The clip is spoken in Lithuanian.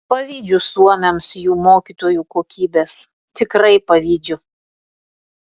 pavydžiu suomiams jų mokytojų kokybės tikrai pavydžiu